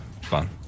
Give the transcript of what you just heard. fun